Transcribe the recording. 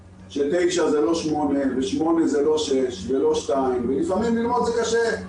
ש-9 זה לא 8 ו-8 זה לא 6 ולא 2. ולפעמים ללמוד זה קשה.